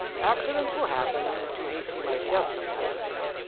accidents will happen. i'm too hasty myself sometimes, miss.